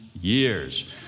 years